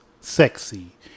sexy